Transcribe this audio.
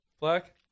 black